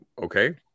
Okay